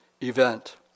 event